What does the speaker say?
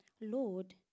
Lord